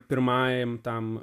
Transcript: pirmajam tam